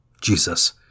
Jesus